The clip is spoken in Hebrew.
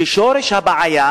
ששורש הבעיה